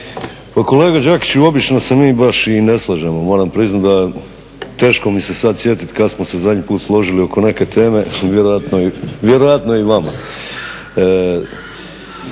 Pa kolega Đakiću obično se mi baš i ne slažemo, moram priznati teško mi se sada sjetiti kada smo se zadnji put složili oko neke teme, vjerojatno i vama.